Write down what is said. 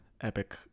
epic